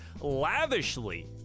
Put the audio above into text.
lavishly